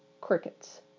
Crickets